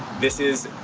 this is.